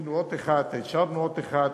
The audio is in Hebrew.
שעשינו עוד אחד, אישרנו עוד אחד,